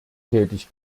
tätig